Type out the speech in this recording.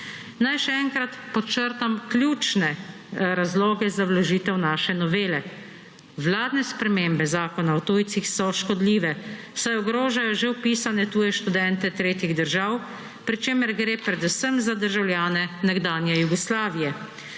Naj še enkrat podčrtam ključne razloge za vložitev naše novele; vladne spremembe Zakona o tujcih so škodljive, saj ogrožajo že vpisane tuje študente tretjih držav, pri čemer gre predvsem za državljane nekdanje Jugoslavije.